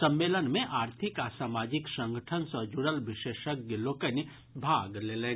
सम्मेलन मे आर्थिक आ सामाजिक संगठन सँ जुड़ल विशेषज्ञ लोकनि भाग लेलनि